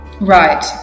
Right